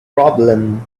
problem